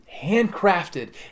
handcrafted